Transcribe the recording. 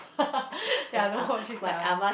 ya I don't watch this type ah